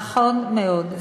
נכון מאוד.